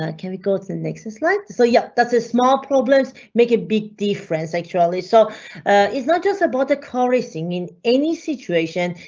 ah can we go to the and next slide? so yeah, that's a small problems. make it big difference actually. so it's not just about the chorusing in any situation.